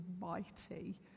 mighty